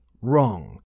Wrong